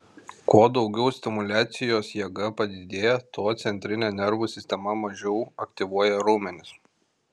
kuo daugiau stimuliacijos jėga padidėja tuo centrinė nervų sistema mažiau aktyvuoja raumenis